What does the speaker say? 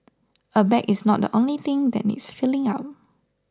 a bag is not the only thing that needs filling up